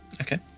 Okay